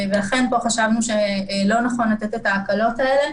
ואכן, פה חשבנו שלא נכון לתת את ההקלות האלה.